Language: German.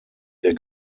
der